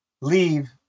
leave